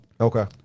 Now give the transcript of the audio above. Okay